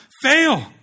fail